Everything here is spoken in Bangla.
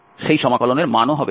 সুতরাং সেই সমাকলনের মান হবে 0